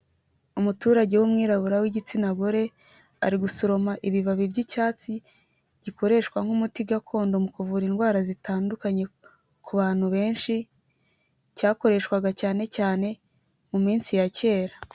Umuturage w'umwirabura w'igitsina gore, ari gusoroma ibibabi by'icyatsi, gikoreshwa nk'umuti gakondo mu kuvura indwara zitandukanye ku bantu, benshi cyakoreshwaga cyane cyane mu minsi ya kera.